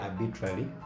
arbitrarily